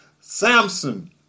Samson